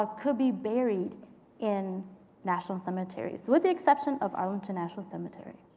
ah could be buried in national cemeteries, with the exception of arlington national cemetery.